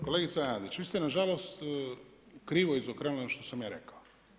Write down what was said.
Kolegice Lesandrić, vi ste nažalost krivo izokrenuli ono što sam ja rekao.